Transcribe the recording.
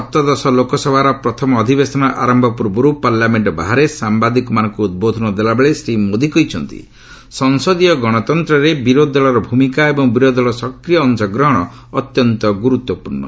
ସପ୍ତଦଶ ଲୋକସଭାର ପ୍ରଥମ ଅଧିବେଶନ ଆରମ୍ଭ ପୂର୍ବର୍ତ୍ତ ପାର୍ଲାମେଣ୍ଟ ବାହାରେ ସାମ୍ଭାଦିକମାନଙ୍କୁ ଉଦ୍ବୋଧନ ଦେଲାବେଳେ ଶ୍ରୀ ମୋଦି କହିଛନ୍ତି ସଂସଦୀୟ ଗଣତନ୍ତ୍ରରେ ବିରୋଧି ଦଳର ଭୂମିକା ଏବଂ ବିରୋଧ୍ନ ଦଳର ସକ୍ରିୟ ଅଂଶଗ୍ରହଣ ଅତ୍ୟନ୍ତ ଗୁରୁତ୍ୱପୂର୍ଣ୍ଣ